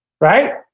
Right